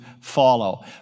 follow